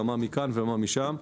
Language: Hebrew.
מה מכאן ומה משם?